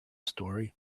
story